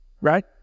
right